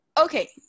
okay